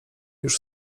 już